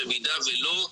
אם לא,